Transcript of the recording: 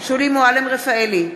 שולי מועלם-רפאלי,